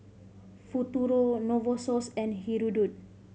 Futuro Novosource and Hirudoid